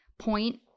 point